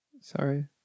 Sorry